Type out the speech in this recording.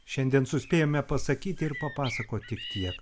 šiandien suspėjome pasakyti ir papasakot tik tiek